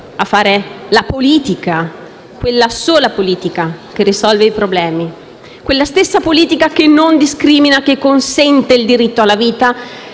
a fare la politica, quella sola politica che risolve i problemi. Quella stessa politica che non discrimina e che consente il diritto alla vita,